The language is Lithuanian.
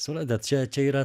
suprantat čia čia yra